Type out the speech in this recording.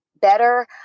better